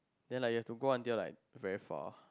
then like you have to go like very far